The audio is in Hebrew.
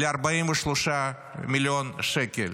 ל-43 מיליון שקל.